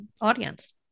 audience